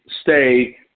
stay